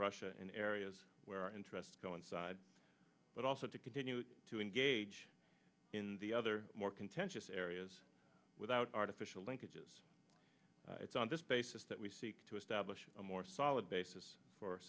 russia in areas where our interests coincide but also to continue to engage in the other more contentious areas without artificial linkages it's on this basis that we seek to establish a more solid basis for a